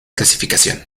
clasificación